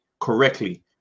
correctly